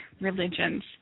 religions